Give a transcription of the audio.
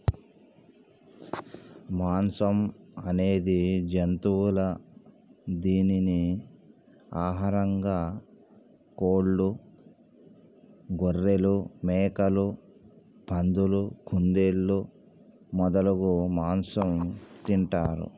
మాంసం అనేది జంతువుల దీనిని ఆహారంగా కోళ్లు, గొఱ్ఱెలు, మేకలు, పందులు, కుందేళ్లు మొదలగు మాంసం తింటారు